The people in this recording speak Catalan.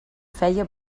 feia